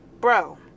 bro